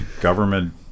government